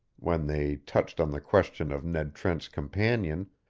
when they touched on the question of ned trent's companion,